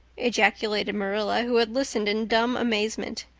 ejaculated marilla, who had listened in dumb amazement.